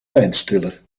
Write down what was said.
pijnstiller